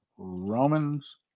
Romans